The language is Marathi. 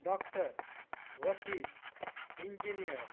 डॉक्टर वकील इंजिनीयर